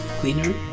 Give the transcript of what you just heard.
cleaner